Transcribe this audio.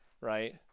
right